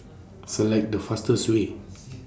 Select The fastest Way